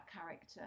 character